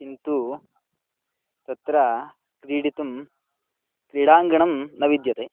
किन्तु तत्र क्रीडितुं क्रीडाङ्गणं न विद्यते